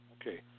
Okay